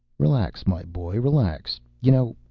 relax, my boy, relax. you know,